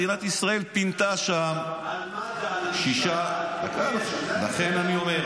מדינת ישראל פינתה שם --- הרי מה הטענה --- לכן אני אומר,